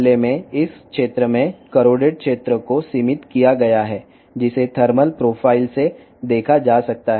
రెండవ భాగములో తుప్పు పట్టిన ప్రాంతం పరిమితం చేయబడింది ఇది థర్మల్ ప్రొఫైల్ నుండి చూడవచ్చు